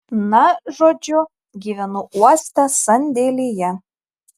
na žodžiu gyvenu uoste sandėlyje